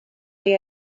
chi